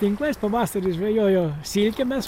tinklais pavasarį žvejojo silkę mes